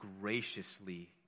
graciously